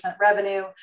revenue